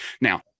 Now